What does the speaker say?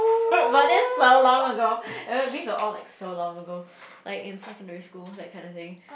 but that's so long ago these were all like so long ago like in secondary school that kind of thing